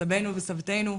סבנו וסבתנו,